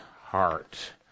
heart